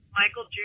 Michael